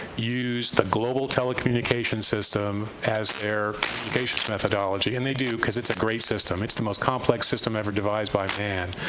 use the global telecommunications system as their communications methodology, and they do, because it's a great system, it's the most complex system ever devised by man,